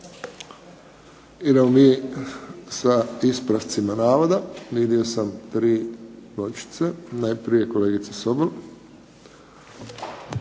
Idemo mi sa ispravcima navoda. Vidio sam 3 pločice. Najprije kolegica Sobol.